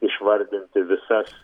išvardinti visas